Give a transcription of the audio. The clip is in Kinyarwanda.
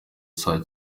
saa